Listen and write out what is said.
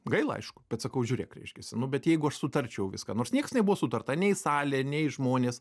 gaila aišku bet sakau žiūrėk reiškiasi nu bet jeigu aš sutarčiau viską nors nieks nebuvo sutarta nei salė nei žmonės